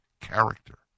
character